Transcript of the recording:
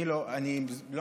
אני לא מתכוון להסיר את זה.